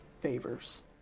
favors